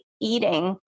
eating